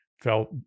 felt